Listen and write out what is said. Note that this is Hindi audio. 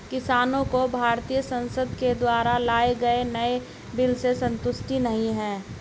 किसानों को भारतीय संसद के द्वारा लाए गए नए बिल से संतुष्टि नहीं है